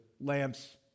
lamps